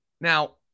Now